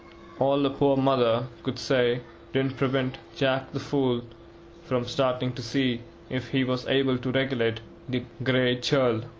all the poor mother could say didn't prevent jack the fool from starting to see if he was able to regulate the grey churl.